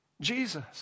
Jesus